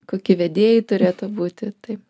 kokie vedėjai turėtų būti tai